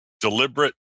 deliberate